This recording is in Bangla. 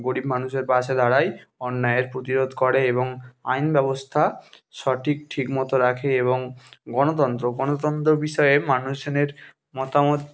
গরিব মানুষের পাশে দাঁড়ায় অন্যায়ের প্রতিরোধ করে এবং আইন ব্যবস্থা সঠিক ঠিকমতো রাখে এবং গনতন্ত্র গনতন্ত্রর বিষয়ে মানুষজনের মতামত